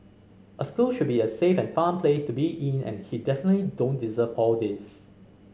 a school should be a safe and fun place to be in and he definitely don't deserve all these